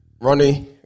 Ronnie